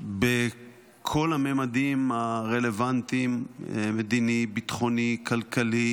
בכל הממדים הרלוונטיים: מדיני, ביטחוני, כלכלי